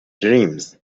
dreams